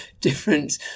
different